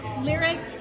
lyrics